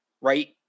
right